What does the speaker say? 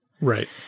Right